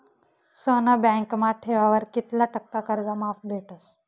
सोनं बँकमा ठेवावर कित्ला टक्का कर्ज माफ भेटस?